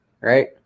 Right